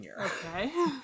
Okay